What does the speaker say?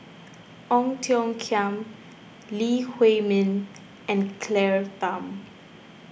Ong Tiong Khiam Lee Huei Min and Claire Tham